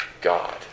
God